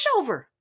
pushover